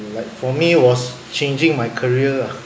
like for me was changing my career ah